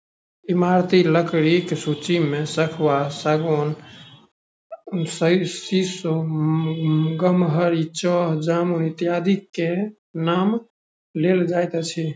ईमारती लकड़ीक सूची मे सखुआ, सागौन, सीसो, गमहरि, चह, जामुन इत्यादिक नाम लेल जाइत अछि